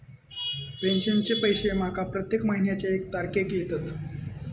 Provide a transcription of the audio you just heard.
पेंशनचे पैशे माका प्रत्येक महिन्याच्या एक तारखेक येतत